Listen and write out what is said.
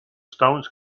stones